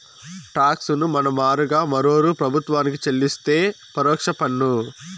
talks ను మన మారుగా మరోరూ ప్రభుత్వానికి చెల్లిస్తే పరోక్ష పన్ను